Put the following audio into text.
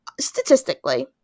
Statistically